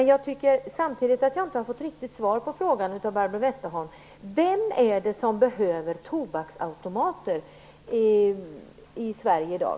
Jag tycker samtidigt inte att jag har fått något riktigt svar av Barbro Westerholm på frågan: Vem är det som behöver tobaksautomater i Sverige i dag?